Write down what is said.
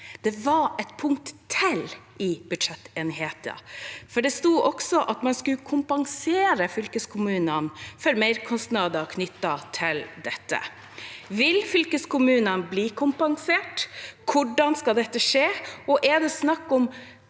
det var et punkt til i budsjettenigheten. Det sto også at man skulle kompensere fylkeskommunene for merkostnader som var knyttet til dette. Vil fylkeskommunene bli kompensert, og hvordan skal dette skje? Er det snakk om